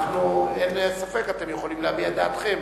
אין ספק, אתם יכולים להביע את דעתכם.